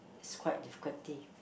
is quite difficulty